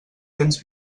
cents